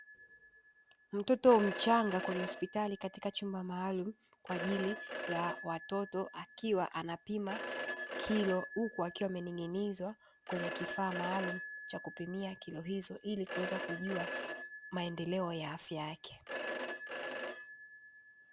Mtoto mchanga kwenye hospitali katika chumba maalumu kwa ajili ya watoto akiwa anapima kilo, huku akiwa amening'inizwa kwenye kifaa maalumu cha kupimia kilo hizo, ili kuweza kujua maendeleo ya afya yake.